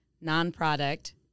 non-product